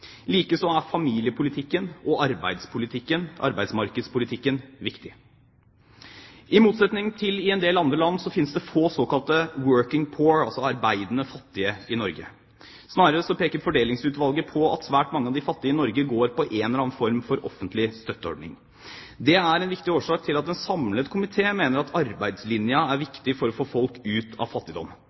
er familiepolitikken og arbeidsmarkedspolitikken viktig. I motsetning til i en del andre land finnes det få såkalte «working poor», altså arbeidende fattige, i Norge. Snarere peker Fordelingsutvalget på at svært mange av de fattige i Norge går på en eller annen form for offentlig støtteordning. Det er en viktig årsak til at en samlet komité mener at arbeidslinja er viktig for å få folk ut av fattigdom.